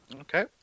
Okay